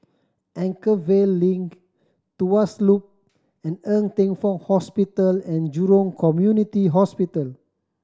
Anchorvale Link Tuas Loop and Ng Teng Fong Hospital And Jurong Community Hospital